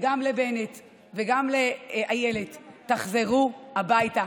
וגם לבנט וגם לאילת: תחזרו הביתה